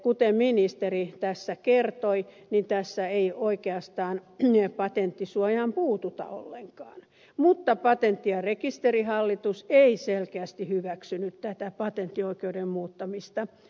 kuten ministeri tässä kertoi tässä ei oikeastaan patenttisuojaan puututa ollenkaan mutta patentti ja rekisterihallitus ei selkeästi hyväksynyt tätä patenttioikeuden muuttamista